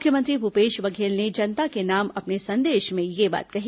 मुख्यमंत्री भूपेश बघेल ने जनता के नाम अपने संदेश में यह बात कही